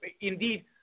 Indeed